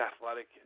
athletic